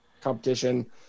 competition